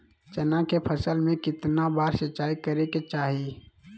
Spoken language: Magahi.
चना के फसल में कितना बार सिंचाई करें के चाहि?